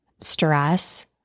stress